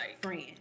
friend